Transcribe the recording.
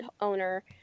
owner